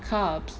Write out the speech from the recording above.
carbohydrates